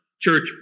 church